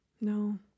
no